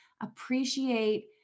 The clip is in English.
appreciate